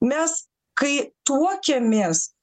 mes kai tuokiamės